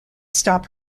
stop